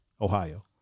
Ohio